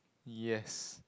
yes